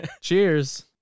Cheers